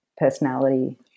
personality